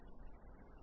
நன்றி